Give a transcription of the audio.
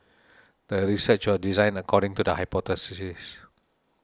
the research was designed according to the hypothesis